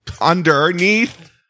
underneath